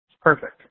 Perfect